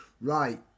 right